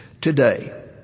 today